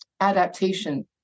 adaptation